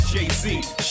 Jay-Z